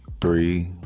three